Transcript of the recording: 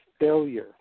failure